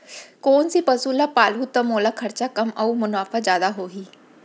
कोन से पसु ला पालहूँ त मोला खरचा कम अऊ मुनाफा जादा होही?